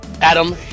Adam